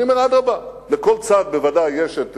אני אומר, אדרבה, לכל צד יש בוודאי